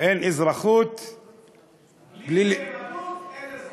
אין אזרחות בלי, בלי נאמנות אין אזרחות.